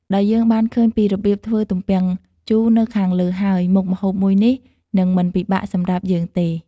ដោយយើងបានឃើញពីរបៀបធ្វើទំពាំងជូរនៅខាងលើហើយ មុខម្ហូបមួយនេះនឹងមិនពិបាកសម្រាប់យើងទេ។